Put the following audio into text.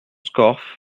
scorff